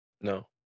No